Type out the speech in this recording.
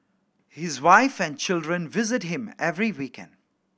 his wife and children visit him every weekend